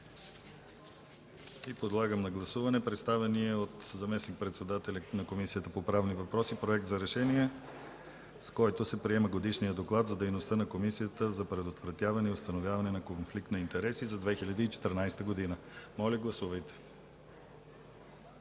Подлагам на гласуване представения от заместник-председателя на Комисията по правни въпроси Проект за решение, с който се приема Годишния доклад за дейността на Комисията за предотвратяване и установяване на конфликт на интереси за 2014 г. Моля гласувайте.